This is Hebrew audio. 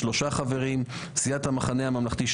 3 חברים; סיעת המחנה הממלכתי,